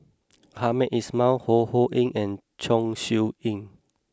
Hamed Ismail Ho Ho Ying and Chong Siew Ying